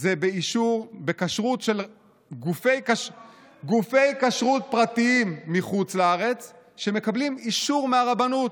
זה בכשרות של גופי כשרות פרטיים מחוץ לארץ שמקבלים אישור מהרבנות.